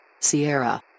Sierra